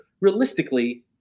Realistically